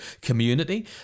community